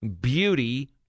beauty